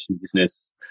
business